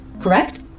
correct